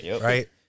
Right